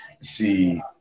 see